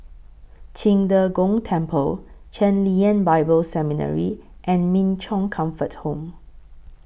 Qing De Gong Temple Chen Lien Bible Seminary and Min Chong Comfort Home